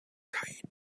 tied